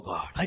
God